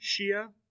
Shia